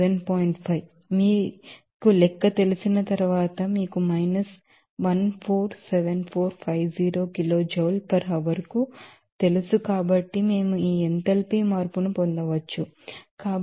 కాబట్టి మీకు లెక్క తెలిసిన తరువాత మీకు మైనస్ 147450 kilojoule per hourకు తెలుసు కాబట్టి మేము ఈ ఎంథాల్పీ మార్పును పొందవచ్చు